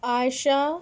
عائشہ